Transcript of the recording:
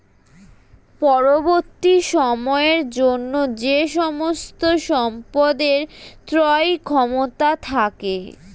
পরবর্তী সময়ের জন্য যে সমস্ত সম্পদের ক্রয় ক্ষমতা থাকে